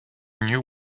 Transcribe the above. new